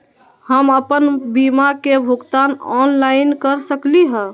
हम अपन बीमा के भुगतान ऑनलाइन कर सकली ह?